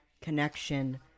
connection